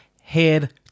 head